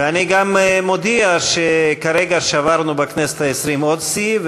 אני גם מודיע שכרגע שברנו בכנסת העשרים עוד שיא: